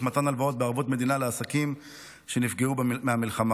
מתן הלוואות בערבות המדינה לעסקים שנפגעו מהמלחמה,